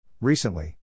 Recently